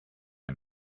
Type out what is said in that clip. him